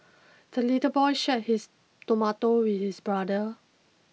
the little boy shared his tomato with his brother